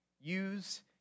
use